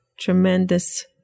tremendous